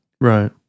Right